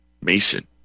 Mason